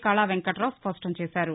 కళా వెంకటరావు స్పష్టంచేశారు